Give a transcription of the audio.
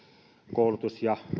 koulutus ja